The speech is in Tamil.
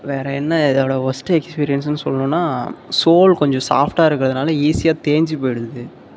வேற என்ன இதோடய ஒஸ்ட்டு எக்ஸ்பீரியன்ஸுன்னு சொல்லணுன்னா சோல் கொஞ்சம் சாப்ஃட்டாக இருக்கிறதுனால ஈஸியாக தேஞ்சு போய்டுது